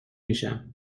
میشم